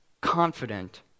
confident